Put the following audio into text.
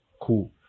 cool